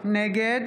נגד